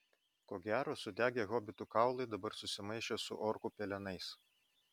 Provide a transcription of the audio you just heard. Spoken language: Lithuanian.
ko gero sudegę hobitų kaulai dabar susimaišė su orkų pelenais